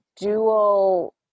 dual